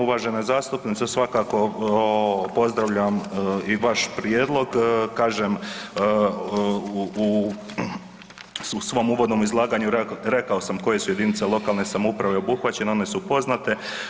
Uvažena zastupnice svakako pozdravljam i vaš prijedlog kažem u svom uvodnom izlaganju rekao sam koje su jedinice lokalne samouprave obuhvaćene, one su poznate.